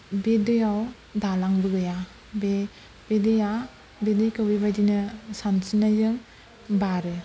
बे दैआव दालांबो गैया बे बे दैआ बै दैखौ बेबादिनो सानस्रिनायजों बारो